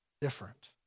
different